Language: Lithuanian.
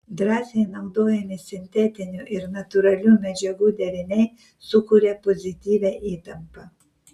drąsiai naudojami sintetinių ir natūralių medžiagų deriniai sukuria pozityvią įtampą